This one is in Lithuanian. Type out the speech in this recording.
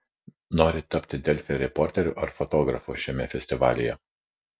nori tapti delfi reporteriu ar fotografu šiame festivalyje